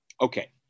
Okay